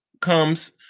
comes